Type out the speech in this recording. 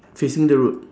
facing the road